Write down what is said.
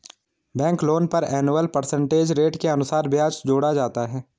bank loan पर annual percentage rate के अनुसार ब्याज जोड़ा जाता है